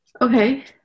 Okay